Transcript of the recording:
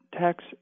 tax